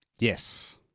Yes